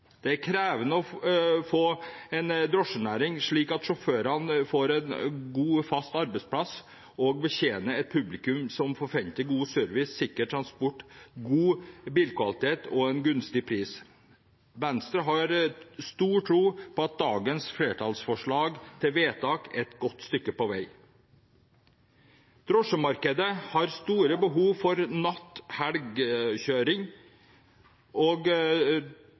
Det er krevende å få en drosjenæring som sørger for at sjåførene får en god og fast arbeidsplass og betjener et publikum som forventer god service, sikker transport, god bilkvalitet og en gunstig pris. Venstre har stor tro på at dagens flertallsforslag til vedtak fra flertallet er et godt stykke på vei. Drosjemarkedet har store behov for natt- og